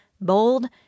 bold